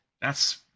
That's-